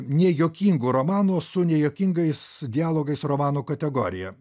nejuokingų romanų su nejuokingais dialogais romanų kategoriją